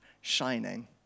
shining